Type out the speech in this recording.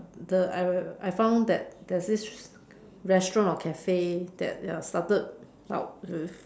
the I I found that there's this restaurant or cafe that they have started out